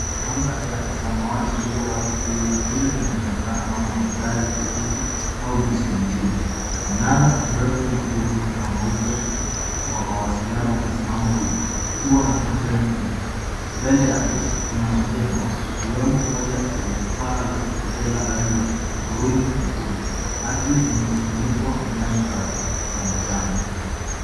Anga ya samawati iliyowazi juu ya kile kinachoonekana kama mandhari ya vijiji au nusu mjini. Mnara mrefu mwekundu na mweupe wa mawasiliano umesimama wima ukiwa na antena nyingi mbele yake. Kuna majengo ikiwemo moja lenye paa la kipekee la rangi ya hudhurungi nyekundu. Ardhi imefunikwa na nyasi kavu za manjano.